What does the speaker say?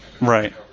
Right